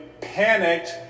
panicked